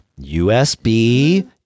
USB